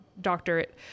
doctorate